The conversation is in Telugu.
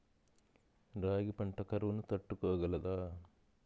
రాగి పంట కరువును తట్టుకోగలదా?